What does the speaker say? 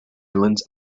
islands